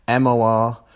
MOR